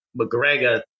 McGregor